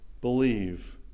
believe